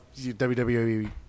WWE